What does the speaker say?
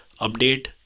update